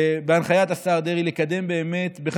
בהנחיית השר דרעי, לקדם בחקיקה